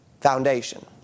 foundation